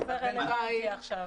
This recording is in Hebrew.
איך זה רלוונטי עכשיו?